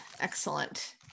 Excellent